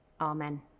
Amen